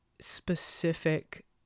specific